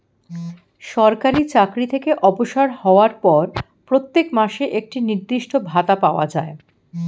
সরকারি চাকরি থেকে অবসর হওয়ার পর প্রত্যেক মাসে একটি নির্দিষ্ট ভাতা পাওয়া যায়